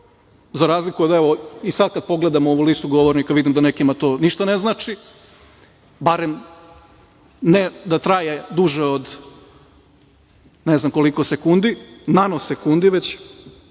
za razliku, evo i sada kada pogledam ovu listu govornika vidim da nekima to ništa ne znači, barem ne da traje duže od ne znam koliko sekundi, nano sekundi već,